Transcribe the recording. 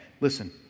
Listen